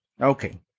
Okay